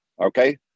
Okay